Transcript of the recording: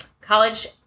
college